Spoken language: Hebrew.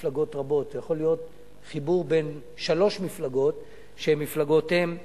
מפלגות שיכולות להיות מפלגות שונות בכנסת,